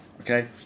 Okay